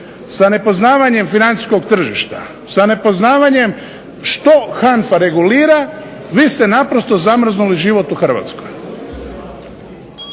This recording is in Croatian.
sa nepoznavanjem financijskog tržišta sa nepoznavanjem što HANFA regulira vi ste naprosto zamrznuli život u Hrvatskoj.